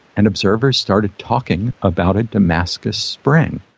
and observers started talking about a damascus spring.